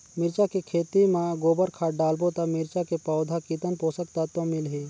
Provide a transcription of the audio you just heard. मिरचा के खेती मां गोबर खाद डालबो ता मिरचा के पौधा कितन पोषक तत्व मिलही?